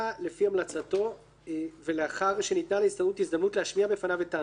לפי המלצתו ולאחר שניתנה להסתדרות הזדמנות להשמיע בפניו את טענותיה,